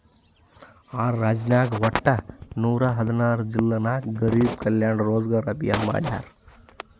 R ರಾಜ್ಯನಾಗ್ ವಟ್ಟ ನೂರಾ ಹದಿನಾರ್ ಜಿಲ್ಲಾ ನಾಗ್ ಗರಿಬ್ ಕಲ್ಯಾಣ ರೋಜಗಾರ್ ಅಭಿಯಾನ್ ಮಾಡ್ಯಾರ್